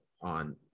on